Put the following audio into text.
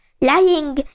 lying